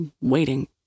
waiting